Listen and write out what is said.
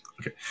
Okay